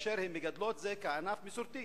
והן מגדלות את זה כענף מסורתי.